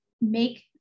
make